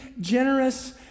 generous